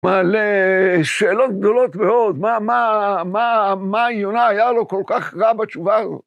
מעלה שאלות גדולות מאוד, מה יונה היה לו כל כך רע בתשובה הזו?